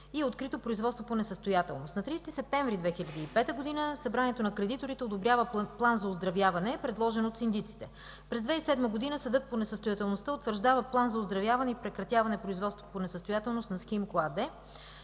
и е открито производство по несъстоятелност. На 30 септември 2005 г. Събранието на кредиторите одобрява план за оздравяване, предложен от синдиците. През 2007 г. съдът по несъстоятелността утвърждава план за оздравяване и прекратяване производство по несъстоятелност на „Химко” АД